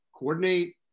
coordinate